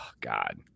God